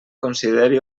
consideri